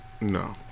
No